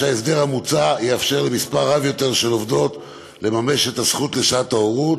ההסדר המוצע יאפשר למספר רב יותר של עובדות לממש את הזכות לשעת הורות